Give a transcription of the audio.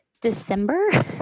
December